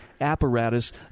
apparatus